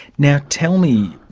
now tell me,